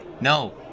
No